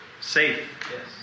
Safe